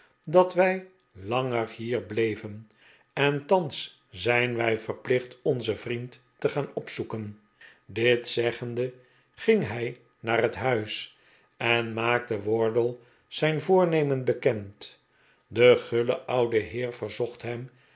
dat wij ian ger hier bleven en thans zijn wij verplicht onzen vriend te gaan opzoeken dit zeggende ging hij naar het huis en maakte wardle zijn voornemen bekend de guile oude heerverzocht hem